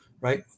right